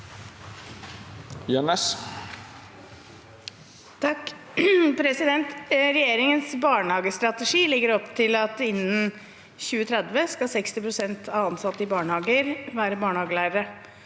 «Regjeringens barnehagestrategi legger opp til at innen 2030 skal 60 pst. av ansatte i barnehager være barnehagelærere.